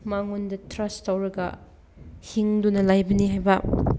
ꯃꯉꯣꯟꯗ ꯊ꯭ꯔꯁ ꯇꯧꯔꯒ ꯍꯤꯡꯗꯨꯅ ꯂꯩꯕꯅꯤ ꯍꯥꯏꯕ